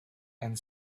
and